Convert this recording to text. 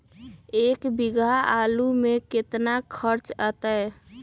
एक बीघा आलू में केतना खर्चा अतै?